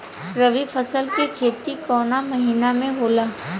रवि फसल के खेती कवना महीना में होला?